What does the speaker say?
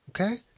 Okay